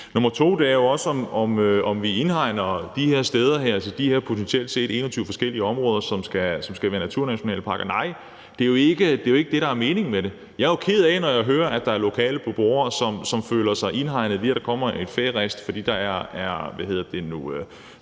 gør det ikke det. Indhegner vi de her steder, altså de potentielt set 21 forskellige områder, som skal være naturnationalparker? Nej, det er jo ikke det, der er meningen med det. Jeg er jo ked af det, når jeg hører, at der er lokale beboere, som føler sig indhegnet, fordi der kommer en færist, og fordi der er trådhegn